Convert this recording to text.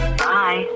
bye